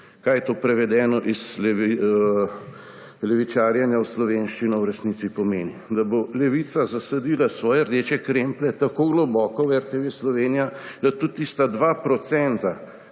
Kaj to prevedeno iz levičarjenja v slovenščino v resnici pomeni? Da bo levica zasadila svoje rdeče kremplje tako globoko v RTV Slovenija, da tudi tista 2